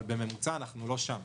אבל בממוצע אנחנו לא שם.